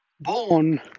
born